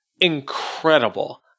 incredible